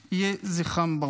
יהי זכרם ברוך.